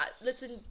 listen